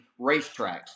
racetracks